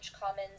Commons